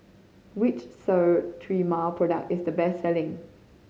which Sterimar product is the best selling